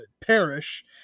perish